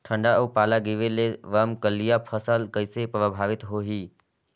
ठंडा अउ पाला गिरे ले रमकलिया फसल कइसे प्रभावित होही?